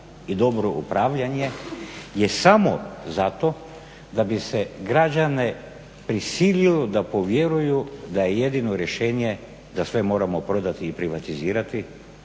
i dobro upravljanje je samo zato da bi se građane prisilo da povjeruju da je jedino rješenje da sve moramo prodati i privatizirati